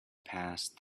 passed